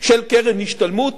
של קרן השתלמות